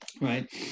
Right